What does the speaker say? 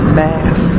mass